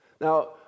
Now